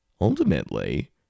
ultimately